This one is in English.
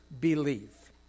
believe